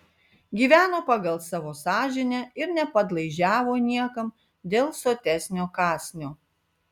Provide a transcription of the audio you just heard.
gyveno pagal savo sąžinę ir nepadlaižiavo niekam dėl sotesnio kąsnio